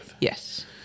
Yes